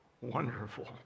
Wonderful